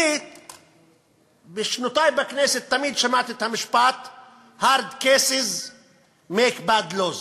אני בשנותי בכנסת תמיד שמעתי את המשפט: Hard cases make bad law.